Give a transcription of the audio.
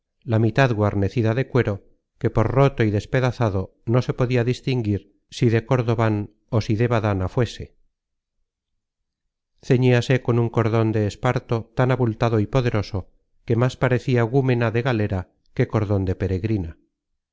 la mitad guarnecida de cuero que por roto y despedazado no se podia distinguir si de cordoban ó si de badana fuese ceñíase con un cordon de esparto tan abultado y poderoso que más parecia gúmena de galera que cordon de